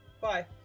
bye